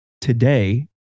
today